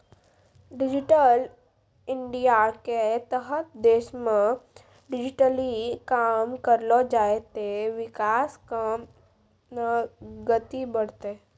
digital इंडियाके तहत देशमे डिजिटली काम करलो जाय ते विकास काम मे गति बढ़तै